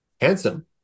handsome